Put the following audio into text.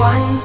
One